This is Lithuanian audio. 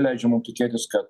leidžia mum tikėtis kad